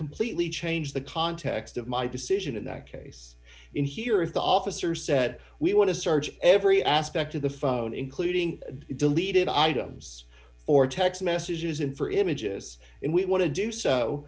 completely change the context of my decision in that case in here if the officer said we want to search every aspect of the phone including deleted items or text messages and for images we want to do so